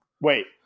Wait